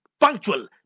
punctual